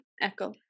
echo